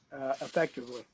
effectively